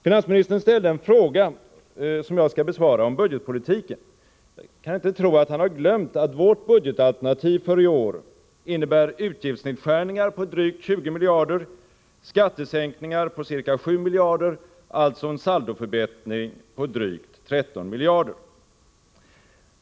Finansministern ställde en fråga om budgetpolitiken som jag skall besvara. Jag kan inte tro att finansministern har glömt att vårt budgetalternativ för i år innebär utgiftsnedskärningar på drygt 20 miljarder, skattesänkningar på ca 7 miljarder, alltså en saldoförbättring på drygt 13 miljarder.